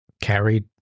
carried